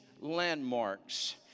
landmarks